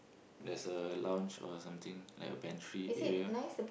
there's a lounge or something like a pantry area